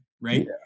right